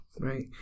right